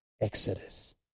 Exodus